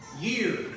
year